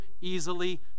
easily